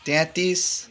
तेत्तिस